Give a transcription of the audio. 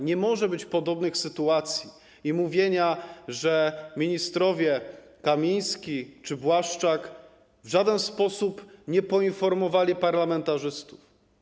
Nie może być podobnych sytuacji i mówienia, że ministrowie Kamiński czy Błaszczak w żaden sposób nie poinformowali parlamentarzystów.